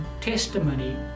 testimony